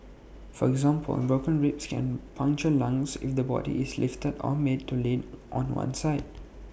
for example broken ribs can puncture lungs if the body is lifted or made to lean on one side